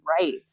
right